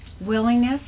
willingness